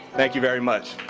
thank you very much